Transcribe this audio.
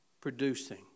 Producing